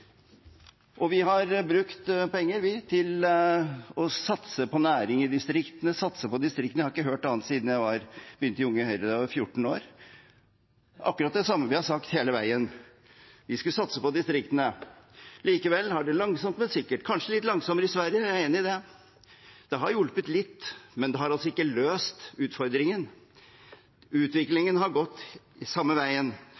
Vi har brukt penger, vi, til å satse på næring i distriktene, satse på distriktene. Jeg har ikke hørt annet siden jeg begynte i Unge Høyre da jeg var 14 år, enn at vi skulle satse på distriktene – akkurat det samme som vi har sagt hele veien. Likevel har utviklingen langsomt, men sikkert gått samme veien – kanskje litt langsommere i Sverige, jeg er enig i det, det har hjulpet litt, men det har altså